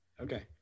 Okay